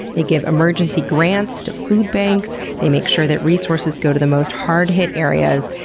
they give emergency grants to food banks. they make sure that resources go to the most hard-hit areas.